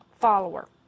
follower